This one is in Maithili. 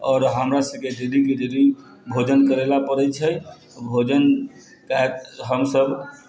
आओर हमरा सबके डेलीके डेली भोजन करैलए पड़ै छै भोजनके हमसब